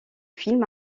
film